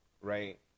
right